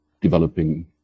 developing